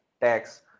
tax